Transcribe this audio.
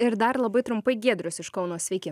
ir dar labai trumpai giedrius iš kauno sveiki